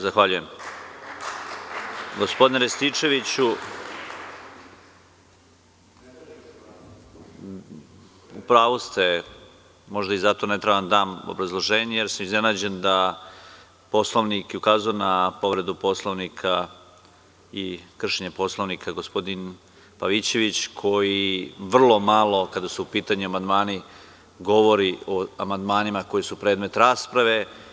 Zahvaljujem. (Marijan Rističević, s mesta: Ne tražim da se glasa.) Gospodine Rističeviću, u pravu ste, možda zato i ne treba da dam obrazloženje jer sam iznenađen da poslanik koji je ukazao na povredu Poslovnika i kršenje Poslovnika, gospodin Pavićević, koji vrlo malo, kada su u pitanju amandmani, govori o amandmanima koji su predmet rasprave.